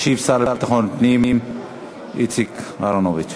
ישיב השר לביטחון פנים איציק אהרונוביץ,